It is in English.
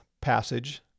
passage